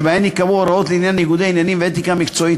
שבהן ייקבעו הוראות לעניין ניגודי עניינים ואתיקה מקצועית,